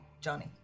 Johnny